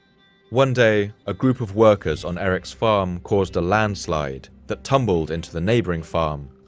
one day, a group of workers on erik's farm caused a landslide that tumbled into the neighboring farm.